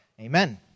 Amen